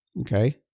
okay